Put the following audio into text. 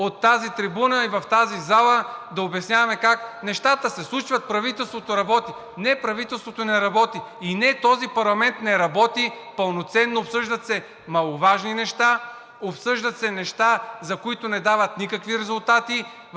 от тази трибуна и в тази зала да обясняваме как нещата се случват, правителството работи. Не, правителството не работи! И не, този парламент не работи пълноценно, обсъждат се маловажни неща, обсъждат се неща, които не дават никакви резултати,